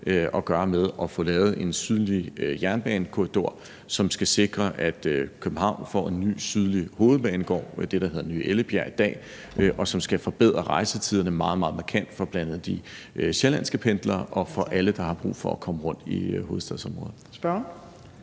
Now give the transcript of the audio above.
at gøre med at få lavet en sydlig jernbanekorridor, som skal sikre, at København får en ny sydlig hovedbanegård i det, der hedder Ny Ellebjerg i dag, og som skal forbedre rejsetiderne meget, meget markant for bl.a. de sjællandske pendlere og for alle, der har brug for at komme rundt i hovedstadsområdet.